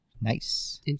nice